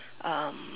um